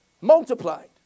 multiplied